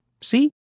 See